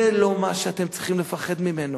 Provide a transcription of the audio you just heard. זה לא מה שאתם צריכים לפחד ממנו.